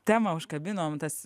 temą užkabinom tas